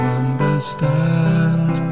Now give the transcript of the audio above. understand